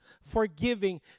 forgiving